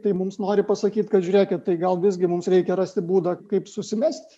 tai mums nori pasakyti kad žiūrėkit tai gal visgi mums reikia rasti būdą kaip susimesti